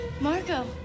Marco